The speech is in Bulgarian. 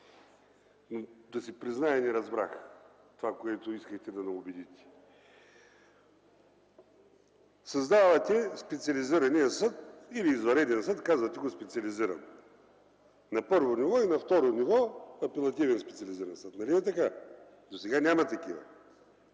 но да си призная не разбрах това, в което искахте да ни убедите. Създавате специализирания съд или извънреден съд, казвате го специализиран – на първо ниво, и на второ ниво – апелативен специализиран съд. Нали е така? Засега няма такива.